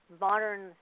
modern